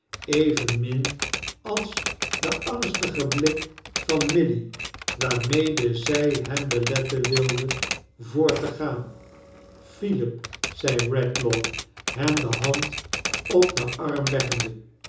evenmin als den angstigen blik van milly waarmede zij hem beletteai wilde voort te gaan philip zei redlaw hem de hand op den arm leggende